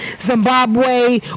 Zimbabwe